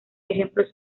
ejemplos